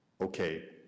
okay